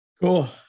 Cool